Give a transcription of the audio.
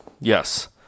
Yes